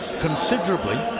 considerably